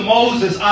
Moses